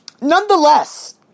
nonetheless